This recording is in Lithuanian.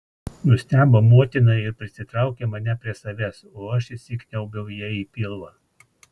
nustebo motina ir prisitraukė mane prie savęs o aš įsikniaubiau jai į pilvą